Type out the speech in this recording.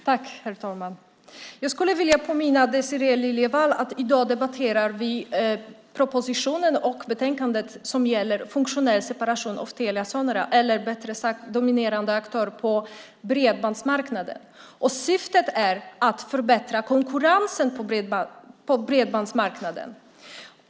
Herr talman! Jag skulle vilja påminna Désirée Liljevall om att vi i dag debatterar propositionen och betänkandet som gäller funktionell separation hos dominerande aktörer på bredbandsmarknaden. Syftet är att förbättra konkurrensen på bredbandsmarknaden.